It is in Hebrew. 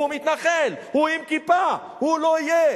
הוא מתנחל, הוא עם כיפה, הוא לא יהיה.